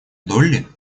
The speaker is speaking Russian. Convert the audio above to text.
долли